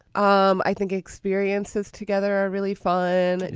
um i think experiences together are really fun.